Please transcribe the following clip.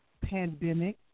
pandemic